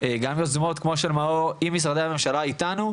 גם יוזמות כמו של מאור עם משרדי הממשלה איתנו,